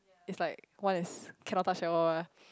it's like one is cannot touch at all ah